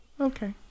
okay